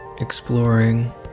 exploring